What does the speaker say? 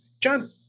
John